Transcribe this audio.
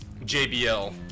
jbl